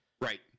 Right